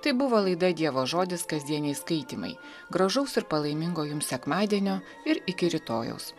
tai buvo laida dievo žodis kasdieniai skaitymai gražaus ir palaimingo jums sekmadienio ir iki rytojaus